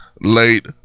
late